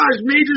major